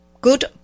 good